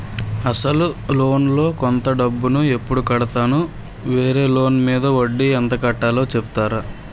అసలు లోన్ లో కొంత డబ్బు ను ఎప్పుడు కడతాను? వేరే లోన్ మీద వడ్డీ ఎంత కట్తలో చెప్తారా?